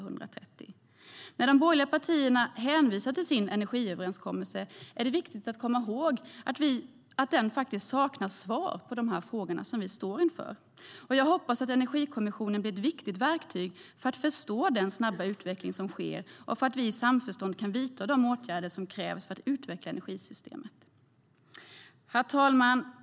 När de borgerliga partierna hänvisar till sin energiöverenskommelse är det viktigt att komma ihåg att den saknar svar på de frågor som vi står inför. Herr talman!